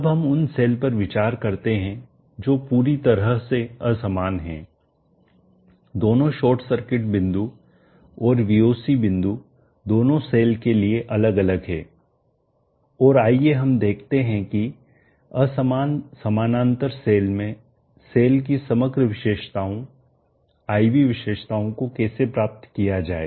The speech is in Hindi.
अब हम उन सेल पर विचार करते हैं जो पूरी तरह से असमान हैं दोनों शॉर्ट सर्किट बिंदु और VOC बिंदु दोनों सेल के लिए अलग अलग हैं और आइए हम देखते हैं कि असमान समानांतर सेल में सेल की समग्र विशेषताओं I V विशेषताओं को कैसे प्राप्त किया जाए